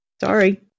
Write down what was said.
sorry